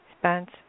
Spence